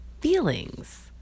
feelings